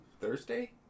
Thursday